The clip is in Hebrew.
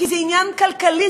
כי זה עניין כלכלי,